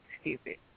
stupid